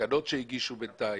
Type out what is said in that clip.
בתקנות שהגישו בינתיים,